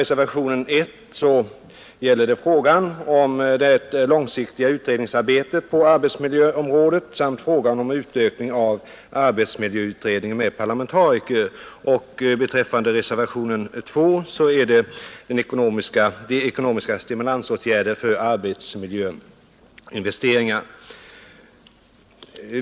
Reservationen 1 gäller frågan om det långsiktiga utredningsarbetet på arbetsmiljöområdet samt frågan om utökning av miljöutredningen med parlamentariker. Reservationen 2 avser ekonomiska stimulansåtgärder för arbetsmiljöinvesteringar.